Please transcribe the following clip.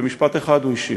במשפט אחד הוא השיב: